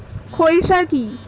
খৈল সার কি?